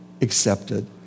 accepted